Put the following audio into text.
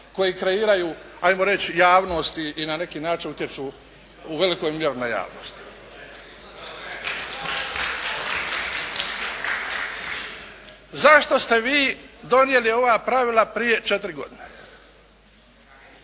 koji kreiraju ajmo reći javnost i na neki način utječu u velikoj mjeri na javnost. Zašto ste vi donijeli ova pravila prije 4 godine?